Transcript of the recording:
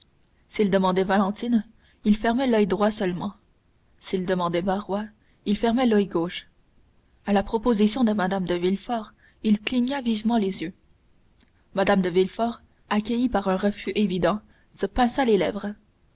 s'il demandait valentine il fermait l'oeil droit seulement s'il demandait barrois il fermait l'oeil gauche à la proposition de mme de villefort il cligna vivement les yeux mme de villefort accueillie par un refus évident se pinça les lèvres